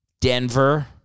Denver